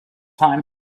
time